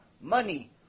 money